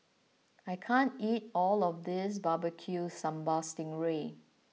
I can't eat all of this Barbecue Sambal Sting Ray